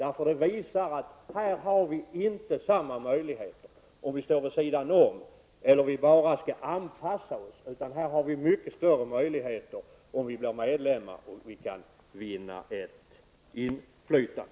På detta område har vi inte samma möjligheter om vi står vid sidan om eller om vi bara skall anpassa oss, utan möjligheterna blir mycket större om vi är medlemmar och har ett inflytande.